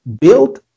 built